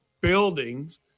buildings